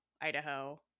Idaho